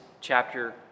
chapter